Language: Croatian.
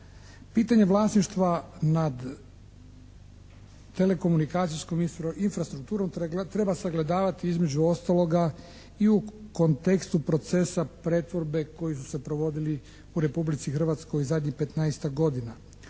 Pitanje vlasništva nad telekomunikacijskom infrastrukturom treba sagledavati između ostaloga i u kontekstu procesa pretvorbe koji su se provodili u Republici Hrvatskoj u zadnjih 15-tak godina.